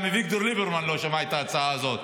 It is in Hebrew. אביגדור ליברמן לא שמע את ההצעה הזאת.